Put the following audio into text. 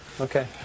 okay